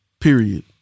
Period